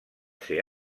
ser